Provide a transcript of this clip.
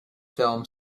film